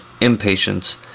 impatience